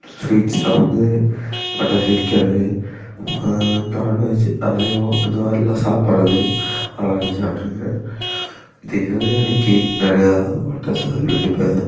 sweet சாப்பிட்றது பட்டாசு வெடிக்கிறது நான்வெஜ் அசைவம் இந்த மாதிரிலாம் சாப்பிட்றது நான் சாப்பிட்ருக்குறேன் தீபாவளி அன்னைக்கி நிறையா பட்டாசுகள் வெடிப்பேன்